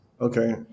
Okay